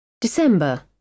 December